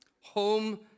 Home